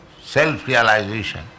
self-realization